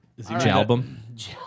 Jalbum